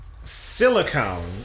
silicone